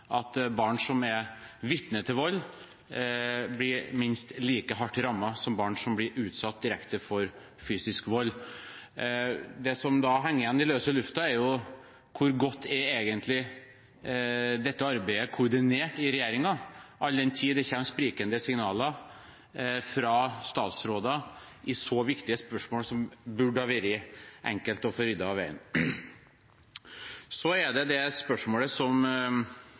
at barn som er vitne til vold, blir minst like hardt rammet som barn som blir utsatt direkte for fysisk vold. Det som da henger igjen i løse lufta, er hvor godt dette arbeidet egentlig er koordinert i regjeringen, all den tid det kommer sprikende signaler fra statsråder i så viktige spørsmål, som burde vært enkelt å få ryddet av veien. Så til den uttalelsen som Horne gjentatte ganger har kommet med i denne debatten, om at det